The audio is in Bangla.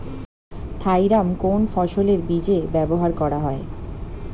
থাইরাম কোন ফসলের বীজে ব্যবহার করা হয়?